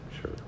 sure